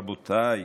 רבותיי,